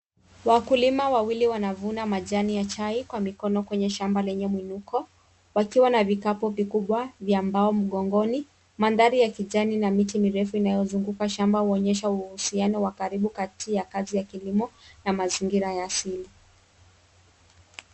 Wakulima wawili wanavuna majani ya chai kwa mikono kwenye shamba lenye muinuko wakiwa na vikapu vikubwa vya mbao mgongoni. Mandhari ya kijani na miti mirefu inayozunguka shamba huonyesha uhusiano wa karibu kati ya kazi ya kilimo na mazingira ya asili.